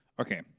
Okay